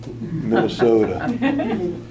Minnesota